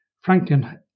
Franklin